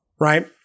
Right